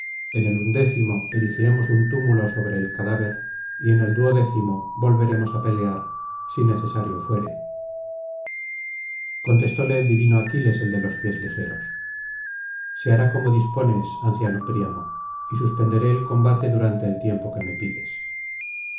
en el undécimo erigiremos un túmulo sobre el cadáver y en el duodécimo volveremos á pelear si necesario fuere contestole el divino aquiles el de los pies ligeros se hará como dispones anciano príamo y suspenderé el combate durante el tiempo que me pides